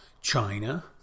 China